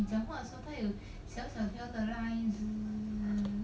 你讲话 sometime 有小小的 lines